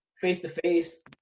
face-to-face